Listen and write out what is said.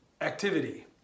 activity